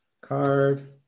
card